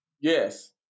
Yes